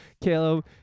Caleb